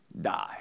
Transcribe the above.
die